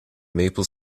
maple